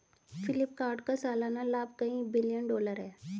फ्लिपकार्ट का सालाना लाभ कई बिलियन डॉलर है